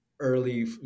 early